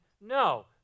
No